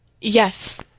Yes